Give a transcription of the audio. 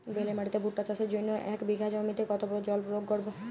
বেলে মাটিতে ভুট্টা চাষের জন্য এক বিঘা জমিতে কতো জল প্রয়োগ করব?